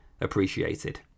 appreciated